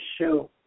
show